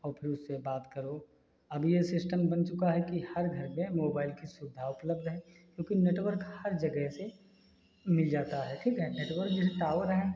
और फ़िर उससे बात करो अब यह सिस्टम बन चुका है कि हर घर में मोबाइल की सुविधा उपलब्ध है क्योंकि नेटवर्क हर जगह से मिल जाता है ठीक है नेटवर्क जैसे टावर है